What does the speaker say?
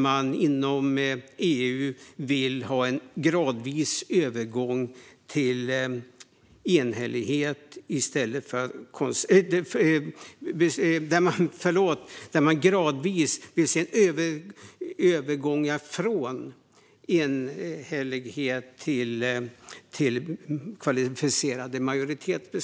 Man vill inom EU gradvis se övergångar från enhällighet till beslut med kvalificerad majoritet.